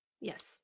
Yes